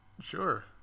Sure